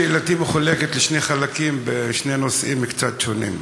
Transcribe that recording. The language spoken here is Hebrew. שאלתי מחולקת לשני חלקים בשני נושאים קצת שונים: